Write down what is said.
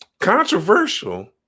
controversial